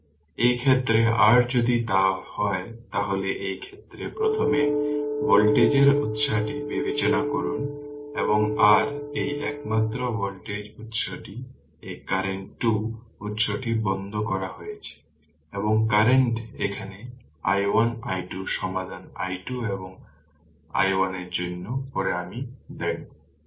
সুতরাং এই ক্ষেত্রে r যদি তাই হয় তাহলে এই ক্ষেত্রে প্রথমে ভোল্টেজের উত্সটি বিবেচনা করুন এবং r এই একমাত্র ভোল্টেজ উত্সটি এই কারেন্ট 2 উত্সটি বন্ধ করা হয়েছে এবং কারেন্ট এখানে i1 i2 সমাধান i1 এবং i2 এর জন্য পরে আমি দেব